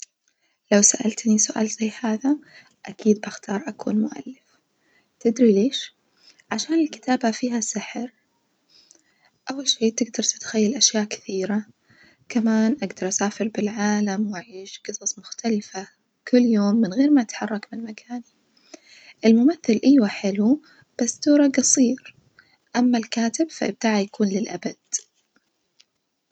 لو سألتني سؤال زي هذا أكيد بختار أكون مؤلف، تدري ليش؟ عشان الكتابة فيها سحر أول شي تجدر تتخيل أشياء كثيرة، كمان أجدر أسافر بالعالم وأعيش جصص مختلفة كل يوم من غير ما أتحرك من مكاني، الممثل أيوة حلو بس دوره جصير، أما الكاتب فإبداعه يكون للأبد.